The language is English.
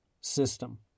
system